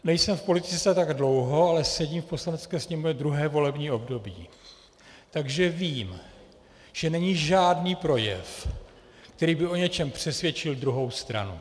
Nejsem v politice tak dlouho, ale sedím v Poslanecké sněmovně druhé volební období, takže vím, že není žádný projev, který by o něčem přesvědčil druhou stranu.